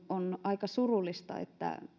aika surullista että